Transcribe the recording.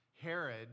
Herod